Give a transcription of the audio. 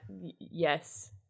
yes